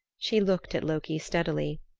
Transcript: she looked at loki steadily.